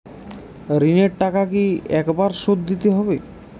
ঋণের টাকা কি একবার শোধ দিতে হবে?